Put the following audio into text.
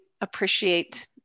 appreciate